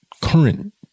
current